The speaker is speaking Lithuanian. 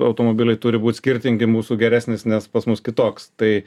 automobiliai turi būt skirtingi mūsų geresnis nes pas mus kitoks tai